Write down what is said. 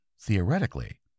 theoretically